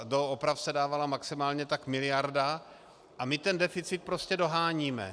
Do oprav se dávala maximálně tak miliarda a my ten deficit prostě doháníme.